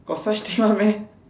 got such thing one meh